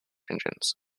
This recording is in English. engines